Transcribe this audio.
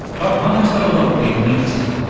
but one that's got a lot of people interested,